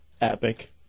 Epic